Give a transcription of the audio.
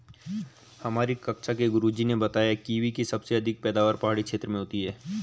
हमारी कक्षा के गुरुजी ने बताया कीवी की सबसे अधिक पैदावार पहाड़ी क्षेत्र में होती है